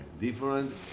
different